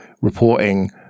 reporting